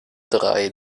drei